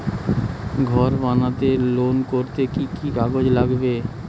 ঘর বানাতে লোন করতে কি কি কাগজ লাগবে?